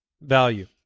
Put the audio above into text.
value